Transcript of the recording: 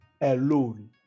alone